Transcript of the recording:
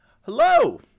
hello